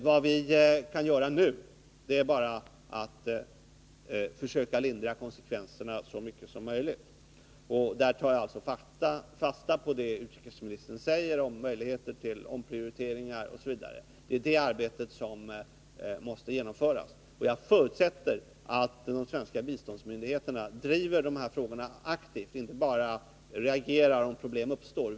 Vad vi kan göra nu är bara att försöka lindra konsekvenserna så mycket som möjligt. Där tar jag fasta på det utrikesministern säger om möjligheter till omprioriteringar osv. Det är det arbetet som måste genomföras. Jag förutsätter att de svenska biståndsmyndigheterna driver de här frågorna aktivt och inte bara reagerar om problem uppstår.